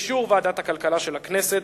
באישור ועדת הכלכלה של הכנסת,